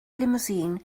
limousine